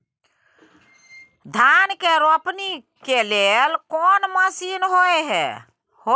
धान के रोपनी के लेल कोन मसीन होयत छै?